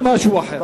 מחדש זה משהו אחר.